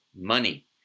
money